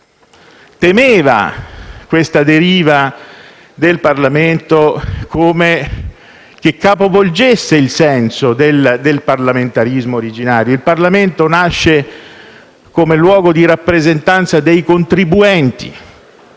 temeva che questa deriva del Parlamento capovolgesse il senso del parlamentarismo originario. Il Parlamento nasce come luogo di rappresentanza dei contribuenti